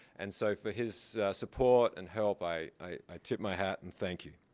and so for his support and help i i tip my hat and thank you